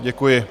Děkuji.